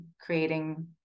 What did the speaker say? creating